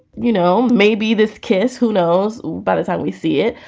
you know, maybe this kiss, who knows? but as um we see it.